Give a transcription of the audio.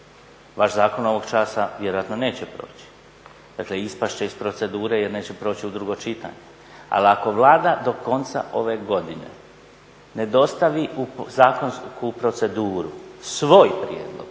Vaš zakon ovog časa vjerojatno neće proći, dakle ispast će iz procedure jer neće proći u drugo čitanje. Ali ako Vlada do konca ove godine ne dostavi zakonsku proceduru svoj prijedlog